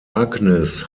agnes